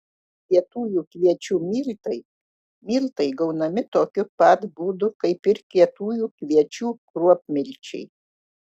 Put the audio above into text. kietųjų kviečių miltai miltai gaunami tokiu pat būdu kaip ir kietųjų kviečių kruopmilčiai